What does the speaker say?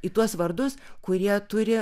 į tuos vardus kurie turi